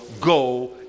go